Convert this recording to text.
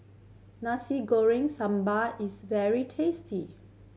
Nasi Goreng Sambal is very tasty